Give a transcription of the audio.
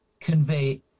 convey